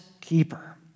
keeper